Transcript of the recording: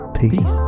Peace